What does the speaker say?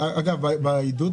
בעידוד